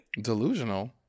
Delusional